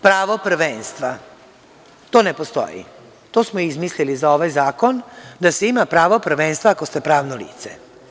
Pravo prvenstva, to ne postoji, to smo izmislili za ovaj zakon da se ima pravo prvenstva, ako ste pravno lice.